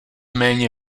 méně